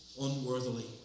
unworthily